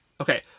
Okay